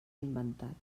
inventat